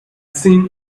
seen